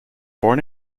born